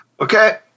Okay